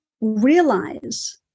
realize